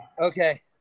Okay